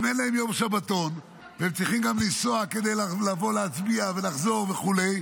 אם אין להם יום שבתון והם צריכים גם לנסוע כדי לבוא להצביע ולחזור וכו',